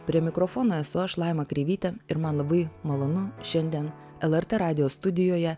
prie mikrofono esu aš laima kreivytė ir man labai malonu šiandien lrt radijo studijoje